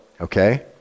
okay